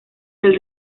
del